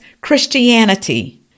Christianity